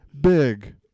big